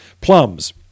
Plums